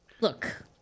Look